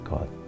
God